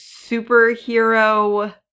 superhero